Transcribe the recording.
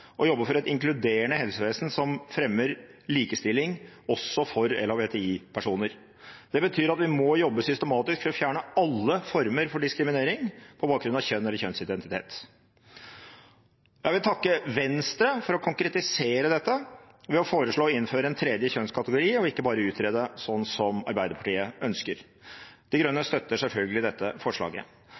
og å jobbe for et inkluderende helsevesen som fremmer likestilling også for LHBTI-personer. Det betyr at vi må jobbe systematisk for å fjerne alle former for diskriminering på bakgrunn av kjønn eller kjønnsidentitet. Jeg vil takke Venstre for å konkretisere dette ved å foreslå å innføre en tredje kjønnskategori og ikke bare utrede det, slik som Arbeiderpartiet ønsker. De Grønne støtter selvfølgelig dette forslaget.